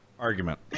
Argument